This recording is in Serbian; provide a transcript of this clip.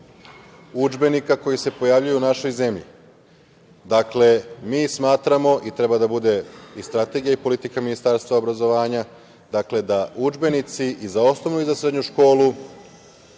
udžbenika koji se pojavljuju u našoj zemlji. Dakle, mi smatramo i treba da bude i strategija i politika Ministarstva obrazovanja, dakle da udžbenici i za osnovnu i za srednju školu